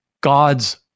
God's